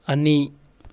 ꯑꯅꯤ